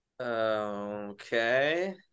Okay